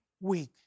week